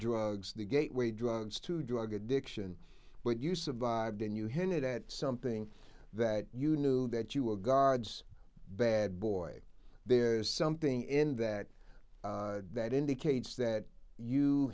drugs the gateway drugs to drug addiction but use of the lived and you hinted at something that you knew that you were guards bad boy there's something in that that indicates that you